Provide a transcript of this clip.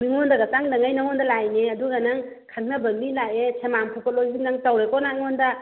ꯃꯤꯉꯣꯟꯗꯒ ꯆꯪꯗꯈꯩ ꯅꯉꯣꯟꯗ ꯂꯥꯛꯏꯅꯦ ꯑꯗꯨꯒ ꯅꯪ ꯈꯪꯅꯕ ꯃꯤ ꯂꯥꯛꯑꯦ ꯁꯦꯟꯃꯥꯡ ꯐꯨꯀꯠꯂꯣꯗꯨ ꯅꯪ ꯇꯧꯔꯦꯀꯣ ꯅꯪ ꯑꯩꯉꯣꯟꯗ